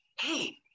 hey